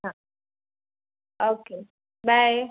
हां आवके बाय